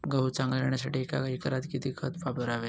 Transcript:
गहू चांगला येण्यासाठी एका एकरात किती खत वापरावे?